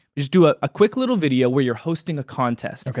just do ah a quick little video where you're hosting a contest.